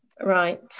Right